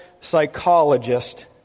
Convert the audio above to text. psychologist